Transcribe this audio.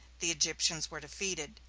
the egyptians were defeated.